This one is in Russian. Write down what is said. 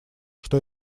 что